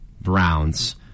Browns